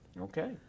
Okay